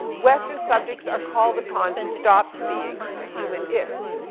western subjects are called upon to stop being humanist,